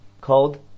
called